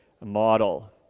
model